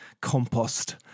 compost